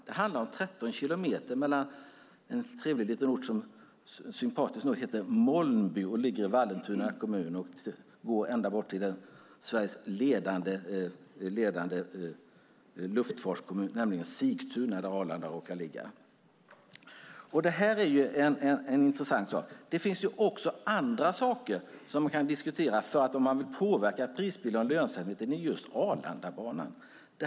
Det handlar om 13 kilometer mellan den trevliga orten Molnby i Vallentuna kommun och Sveriges ledande luftfartskommun Sigtuna där Arlanda ligger. Det finns annat att diskutera om man vill påverka prissättningen och lönsamheten än just Arlandabanan.